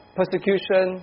persecution